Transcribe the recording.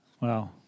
Wow